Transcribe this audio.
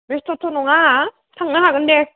बेस्थ'थ' नङा थांनो हागोन दे